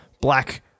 black